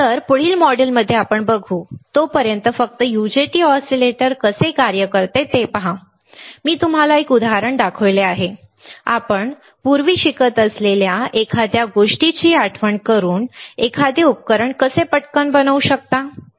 तर मी पुढील मॉड्यूलमध्ये बघेन तोपर्यंत फक्त यूजेटी ऑसीलेटर कसे कार्य करते ते पहा बरोबर मी तुम्हाला एका उदाहरणात दाखवले आहे आपण पूर्वी शिकत असलेल्या एखाद्या गोष्टीची आठवण करून आपण एखादे उपकरण कसे पटकन बनवू शकता